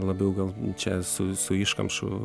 labiau gal čia su su iškamšų